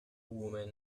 women